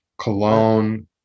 Cologne